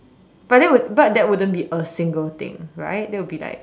but that would but that wouldn't be a single thing right that would be like